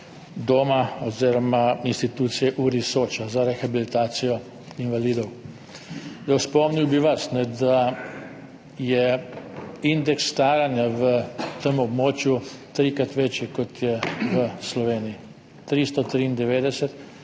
občanov in pa institucije URI Soča za rehabilitacijo invalidov. Spomnil bi vas, da je indeks staranja v tem območju trikrat večji, kot je v Sloveniji, 393,